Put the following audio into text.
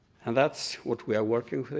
and that's what we are working